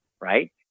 right